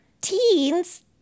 Teens